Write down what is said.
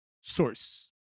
source